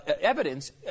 evidence